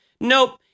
Nope